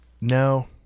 no